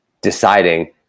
deciding